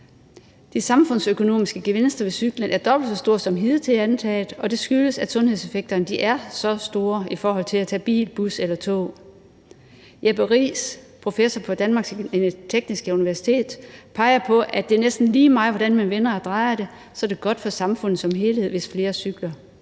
De samfundsøkonomiske gevinster ved cykling er dobbelt så store som hidtil antaget, og det skyldes, at sundhedseffekterne er så store i forhold til at tage bil, bus eller tog. Jeppe Rich, professor på Danmarks Tekniske Universitet, peger på, at næsten lige meget hvordan man vender og drejer det, er det godt for samfundet som helhed, hvis flere cykler.